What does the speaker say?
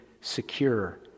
secure